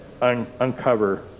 uncover